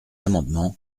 amendement